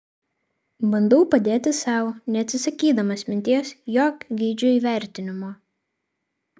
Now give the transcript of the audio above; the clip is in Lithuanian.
bandau padėti sau neatsisakydamas minties jog geidžiu įvertinimo